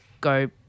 go